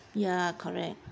ya correct